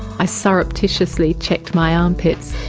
i surreptitiously checked my armpits.